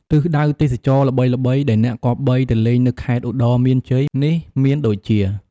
ទិសដៅទេសចរណ៍ល្បីៗដែលអ្នកគប្បីទៅលេងនៅខេត្តឧត្តរមានជ័យនេះ មានដូចជា។